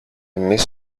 εμείς